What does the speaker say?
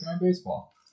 baseball